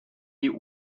die